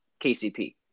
KCP